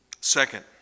Second